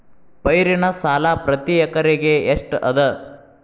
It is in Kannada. ಪೈರಿನ ಸಾಲಾ ಪ್ರತಿ ಎಕರೆಗೆ ಎಷ್ಟ ಅದ?